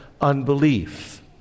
unbelief